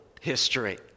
history